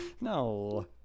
No